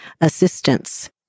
assistance